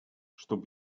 чтоб